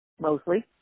mostly